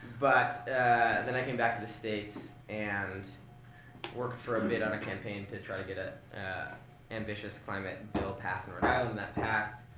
but then i came back to the states and worked for a bit on a campaign to try to get an ah ambitious climate bill passed in rhode island. that passed.